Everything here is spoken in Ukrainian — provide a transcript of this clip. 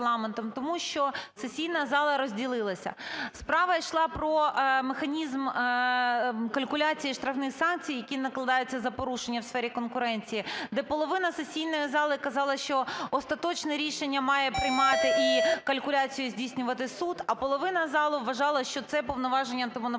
тому що сесійна зала розділилася. Справа йшла про механізм калькуляції штрафних санкцій, які накладаються за порушення в сфері конкуренції, де половина сесійної зали казала, що остаточне рішення має приймати і калькуляцію здійснювати суд, а половина залу вважала, що це повноваження Антимонопольного